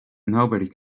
nobody